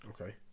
Okay